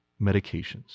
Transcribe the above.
medications